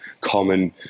common